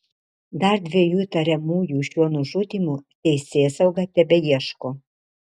dar dviejų įtariamųjų šiuo nužudymu teisėsauga tebeieško